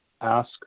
ask